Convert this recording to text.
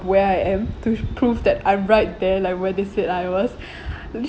where I am to prove that I am right there like where that I said I was